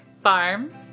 Farm